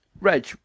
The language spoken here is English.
Reg